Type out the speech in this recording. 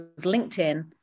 LinkedIn